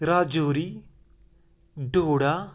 Rajouri doda